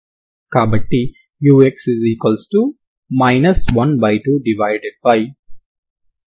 కాబట్టి దీనిని మీరు చేస్తే ప్రాథమికంగా ప్రారంభ సమాచారం కారణంగా శక్తి 0 అని మీకు తెలుసు దాని నుండి శక్తి కన్సర్వ్ అయిందని తెలుస్తుంది